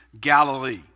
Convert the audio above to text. Galilee